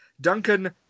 Duncan